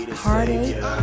heartache